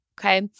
Okay